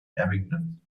abingdon